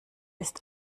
ist